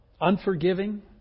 Unforgiving